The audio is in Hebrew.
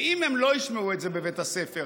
ואם הם לא ישמעו את זה בבית הספר,